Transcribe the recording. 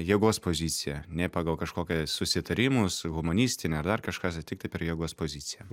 jėgos poziciją ne pagal kažkokią susitarimus humanistinę ar dar kažką tai tiktai per jėgos poziciją